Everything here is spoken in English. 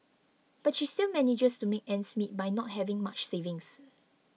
but she still manages to make ends meet by not having much savings